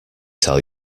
tell